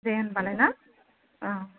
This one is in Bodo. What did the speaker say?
दे होमबालाय ना औ